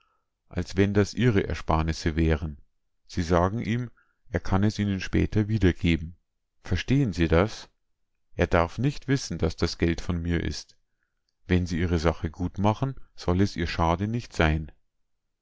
als wenn das ihre ersparnisse wären sie sagen ihm er kann es ihnen später wiedergeben verstehn sie das er darf nicht wissen daß das geld von mir ist wenn sie ihre sache gut machen soll es ihr schade nicht sein